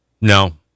no